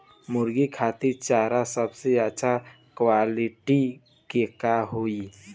मुर्गी खातिर चारा सबसे अच्छा क्वालिटी के का होई?